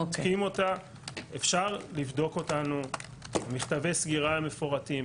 אפשר לבדוק אותנו במכתבי סקירה מפורטים.